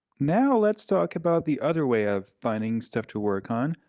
now let's talk about the other way of finding stuff to work on,